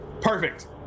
perfect